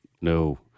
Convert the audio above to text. no